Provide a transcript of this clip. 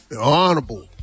Honorable